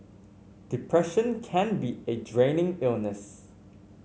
depression can be a draining illness